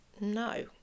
no